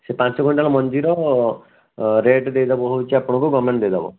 ସେ ପାଞ୍ଚ କୁଇଣ୍ଟାଲ୍ ମଞ୍ଜିର ରେଟ୍ ଦେଇଦେବ ହେଉଛି ଆପଣଙ୍କୁ ଗଭର୍ଣ୍ଣମେଣ୍ଟ୍ ଦେଇଦେବ